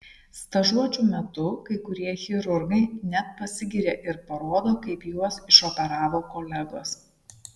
stažuočių metu kai kurie chirurgai net pasigiria ir parodo kaip juos išoperavo kolegos